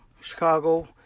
Chicago